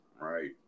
right